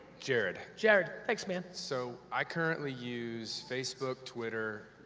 jared. jared, thanks man. so, i currently use facebook, twitter,